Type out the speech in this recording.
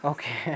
Okay